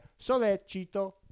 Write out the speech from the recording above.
Solecito